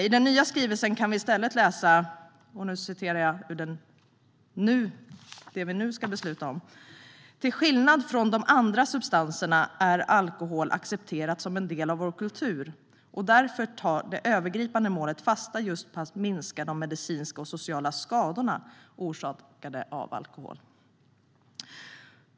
I den nya skrivelsen kan vi i stället läsa: "Till skillnad från de andra substanserna är alkohol accepterat som en del av vår kultur och därför tar det övergripande målet fasta just på att minska de medicinska och sociala skadorna orsakade av alkohol."